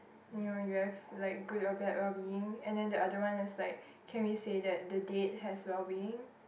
you know you have like good or bad well being and then that other one is like can we say that the date has well being